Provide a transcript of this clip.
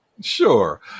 Sure